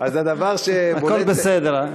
הכול בסדר.